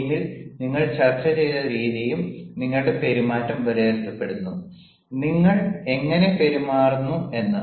ടീമിൽ നിങ്ങൾ ചർച്ച ചെയ്ത രീതിയും നിങ്ങളുടെ പെരുമാറ്റം വിലയിരുത്തപ്പെടുന്നു നിങ്ങൾ എങ്ങനെ പെരുമാറുന്നു എന്ന്